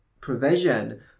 provision